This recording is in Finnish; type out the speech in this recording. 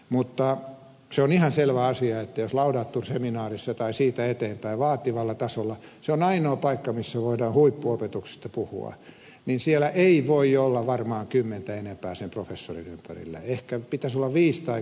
mutta se on ihan selvä asia että laudaturseminaarissa tai siitä eteenpäin vaativalla tasolla se on ainoa paikka missä voidaan huippuopetuksesta puhua ei voi olla varmaan kymmentä enempää sen professorin ympärillä ehkä pitäisi olla viisi tai kuusi tai seitsemän